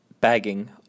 Bagging